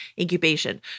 incubation